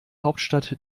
hauptstadt